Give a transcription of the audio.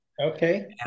Okay